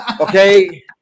Okay